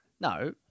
No